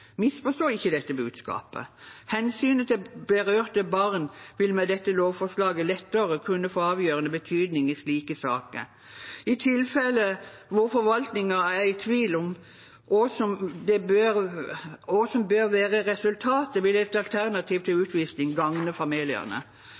ikke dette budskapet – hensynet til berørte barn vil med dette lovforslaget lettere kunne få avgjørende betydning i slike saker. I tilfeller hvor forvaltningen er i tvil om hva som bør være resultatet, vil et alternativ til utvisning gagne familiene. Dagens regelverk knyttet til